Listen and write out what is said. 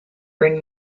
bring